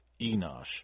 Enosh